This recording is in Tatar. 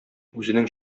үзенең